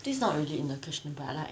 this is not really in the question but like